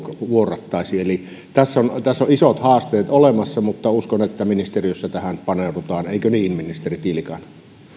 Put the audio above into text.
vuorattaisi tässä on tässä on isot haasteet olemassa mutta uskon että ministeriössä tähän paneudutaan eikö niin ministeri tiilikainen